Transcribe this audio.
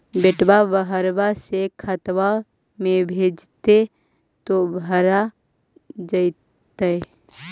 बेटा बहरबा से खतबा में भेजते तो भरा जैतय?